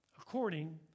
according